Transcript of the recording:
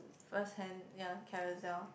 first hand ya carousell